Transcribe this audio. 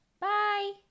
Bye